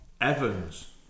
Evans